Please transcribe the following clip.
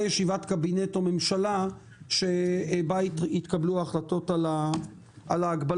ישיבת קבינט או ממשלה שבה התקבלו ההחלטות על ההגבלות?